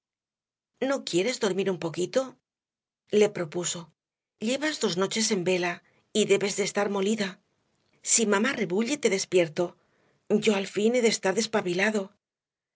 no quieres dormir un poquito le propuso llevas dos noches en vela y debes de estar molida si mamá rebulle te despierto yo al fin he de estar despabilado